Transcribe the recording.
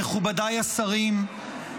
מכובדיי השרים,